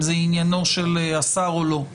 האם זה עניינו של השר או לא.